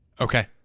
okay